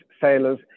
sailors